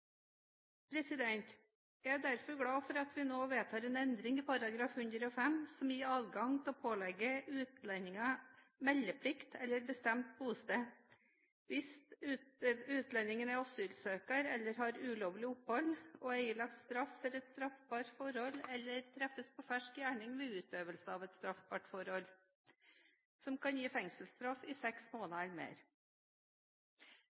Jeg er derfor glad for at vi nå vedtar en endring i § 105, som gir adgang til å pålegge utlendinger meldeplikt eller bestemt bosted hvis «utlendingen er asylsøker eller har ulovlig opphold og er ilagt straff for et straffbart forhold eller treffes på fersk gjerning ved utøvelse av et straffbart forhold» som kan gi fengselsstraff i seks måneder